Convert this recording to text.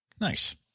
Nice